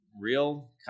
real